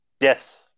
Yes